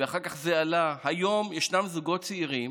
ואחר כך זה עלה, היום ישנם זוגות צעירים